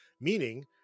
meaning